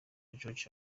jorge